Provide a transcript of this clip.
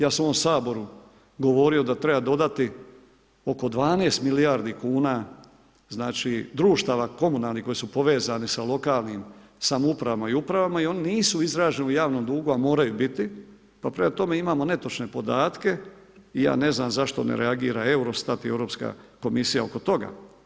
Ja sam ovdje u Saboru govorio da treba dodati oko 12 milijardi kuna društava komunalnih koji su povezani sa lokalnim samoupravama i upravama i oni nisu … u javnom dugu, a moraju biti, prema tome imamo netočne podatke i ja ne znam zašto ne reagira Eurostat i Europska komisija oko toga.